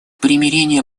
примирение